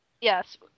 Yes